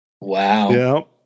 Wow